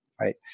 right